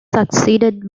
succeeded